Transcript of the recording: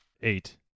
Eight